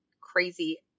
crazy